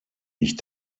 ich